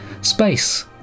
Space